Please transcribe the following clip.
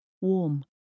Warm